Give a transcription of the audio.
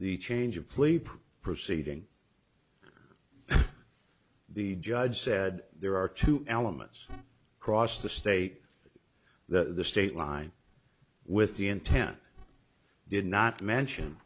the change of plea proceeding the judge said there are two elements across the state that the state line with the intent did not mention